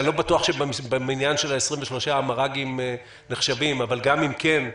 שאני לא בטוח שבמניין של ה-23 המר"גים נחשבים אבל גם אם כן,